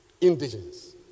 indigenous